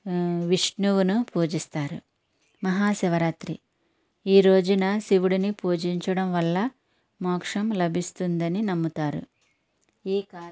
ఆ విష్ణువును పూజిస్తారు మహాశివరాత్రి ఈరోజున శివుడిని పూజించడం వల్ల మోక్షం లభిస్తుందని నమ్ముతారు ఈ కార్య